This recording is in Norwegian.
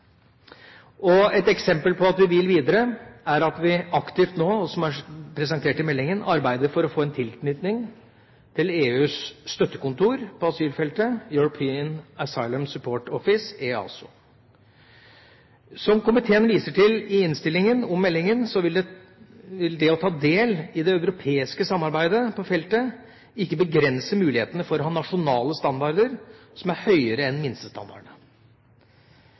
Et eksempel på at vi vil videre, er at vi aktivt nå – og som er presentert i meldinga – arbeider for å få en tilknytning til EUs støttekontor på asylfeltet, European Asylum Support Office, EASO. Som komiteen viser til i innstillinga til meldinga, vil det å ta del i det europeiske samarbeidet på feltet ikke begrense muligheta for å ha nasjonale standarder som er høyere enn minstestandardene.